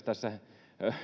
tässä